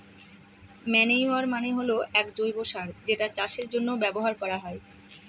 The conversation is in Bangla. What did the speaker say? ম্যানইউর মানে হল এক জৈব সার যেটা চাষের জন্য ব্যবহার করা হয়